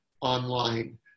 online